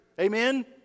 Amen